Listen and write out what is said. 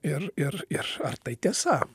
ir ir ir ar tai tiesa